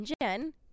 Jen